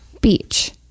beach